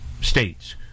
states